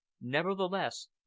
nevertheless